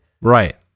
Right